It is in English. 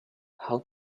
how